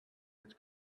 its